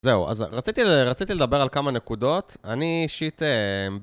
זהו, אז רציתי לדבר על כמה נקודות, אני אישית...